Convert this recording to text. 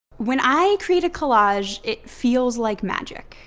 when i create a collage it feels like magic.